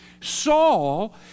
Saul